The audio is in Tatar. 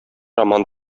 роман